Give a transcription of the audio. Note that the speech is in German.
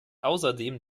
außerdem